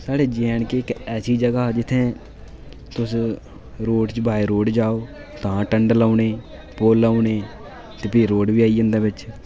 साढ़े J and K इक ऐसी जगह ऐ जित्थें तुस रोड़ च वाय रोड़ जाओ तां टंडल औने पुल औने ते फ्ही रोड़ बी आई जंदा बिच